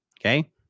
Okay